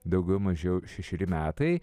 daugiau mažiau šešeri metai